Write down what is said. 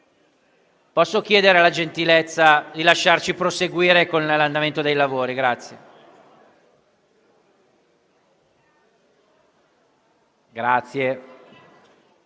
ma vi chiedo la gentilezza di lasciarci proseguire con l'andamento dei lavori. Ha